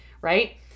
right